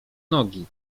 nogi